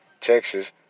Texas